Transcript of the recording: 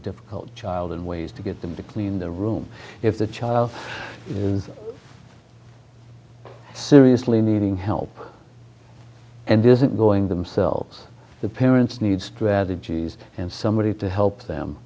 difficult child and ways to get them to clean the room if the child is seriously needing help and there isn't going themselves the parents need strategies and somebody to help them